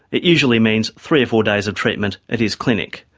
it usually means three or four days of treatment at his clinic.